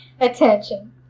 attention